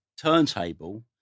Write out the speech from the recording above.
turntable